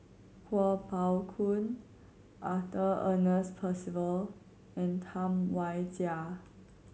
Kuo Pao Kun Arthur Ernest Percival and Tam Wai Jia